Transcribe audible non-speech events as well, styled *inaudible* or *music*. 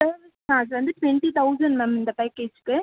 *unintelligible* அது வந்து twenty thousand ma'am இந்த பேக்கேஜுக்கு